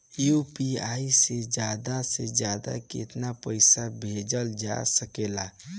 UPI से ज्यादा से ज्यादा केतना पईसा भेजल जा सकेला?